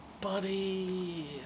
Buddy